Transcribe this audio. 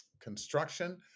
construction